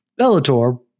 Bellator